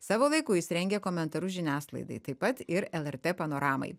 savo laiku jis rengė komentarus žiniasklaidai taip pat ir lrt panoramai